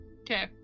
Okay